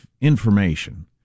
information